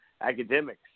academics